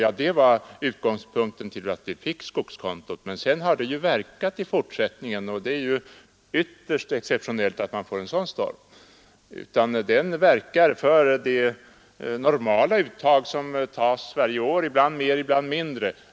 Ja, det var utgångspunkten när skogskontot kom till, men det är ju ytterst exceptionellt att det blir sådana stormar, och skogskontot används nu för de normala årliga uttag som görs, ibland större och ibland mindre.